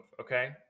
okay